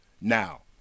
Now